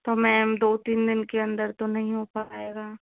तो मेम दो तीन दिन के अंदर तो नहीं हो पाएगा